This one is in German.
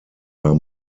war